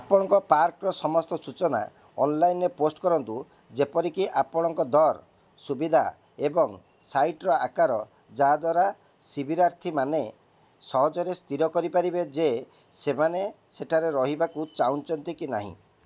ଆପଣଙ୍କ ପାର୍କର ସମସ୍ତ ସୂଚନା ଅନ୍ଲାଇନରେ ପୋଷ୍ଟ କରନ୍ତୁ ଯେପରିକି ଆପଣଙ୍କ ଦର୍ ସୁବିଧା ଏବଂ ସାଇଟ୍ର ଆକାର ଯାହାଦ୍ଵାରା ସିବିରାର୍ଥୀମାନେ ସହଜରେ ସ୍ଥିର କରିପାରିବେ ଯେ ସେମାନେ ସେଠାରେ ରହିବାକୁ ଚାହୁଁଛନ୍ତି କି ନାହିଁ